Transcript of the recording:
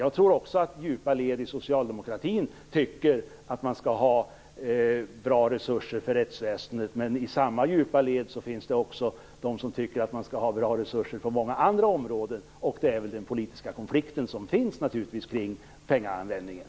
Jag tror också att djupa led inom socialdemokratin tycker att man skall ha bra resurser för rättsväsendet, men i samma djupa led finns också de som tycker att man skall ha bra resurser på många andra områden. Det är den politiska konflikt som finns kring pengaanvändningen.